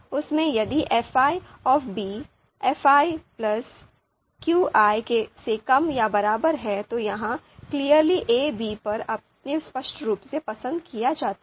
उस में यदि fi fi qi से कम या बराबर है तो यहां clearly ए " बी 'पर बहुत स्पष्ट रूप से पसंद किया जाता है